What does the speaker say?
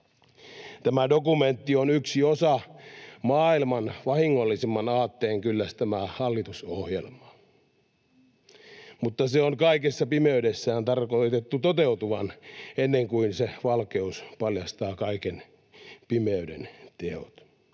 Tämä dokumentti on yksi osa maailman vahingollisimman aatteen kyllästämää hallitusohjelmaa, mutta sen on kaikessa pimeydessään tarkoitettu toteutuvan ennen kuin se valkeus paljastaa kaikki pimeyden teot.